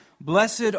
Blessed